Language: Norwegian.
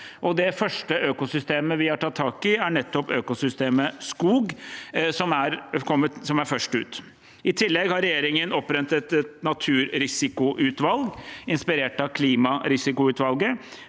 Det første økosystemet vi har tatt tak i, er økosystemet skog. I tillegg har regjeringen opprettet et naturrisikoutvalg, inspirert av klimarisikoutvalget.